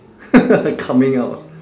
coming out ah